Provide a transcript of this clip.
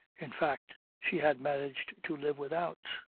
in fact she had managed to live without.